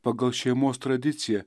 pagal šeimos tradiciją